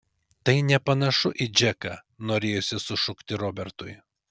tai nepanašu į džeką norėjosi sušukti robertui